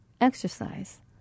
exercise